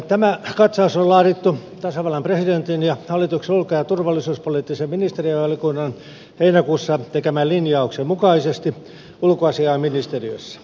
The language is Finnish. tämä katsaus on laadittu tasavallan presidentin ja hallituksen ulko ja turvallisuuspoliittisen ministerivaliokunnan heinäkuussa tekemän linjauksen mukaisesti ulkoasiainministeriössä